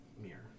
mirror